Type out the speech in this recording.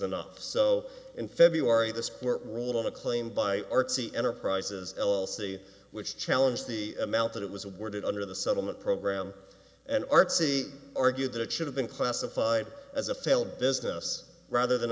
enough so in february this poor rule of a claim by artsy enterprises l l c which challenge the amount that it was awarded under the settlement program and art c argued that it should have been classified as a failed business rather than